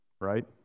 Right